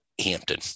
Hampton